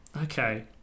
Okay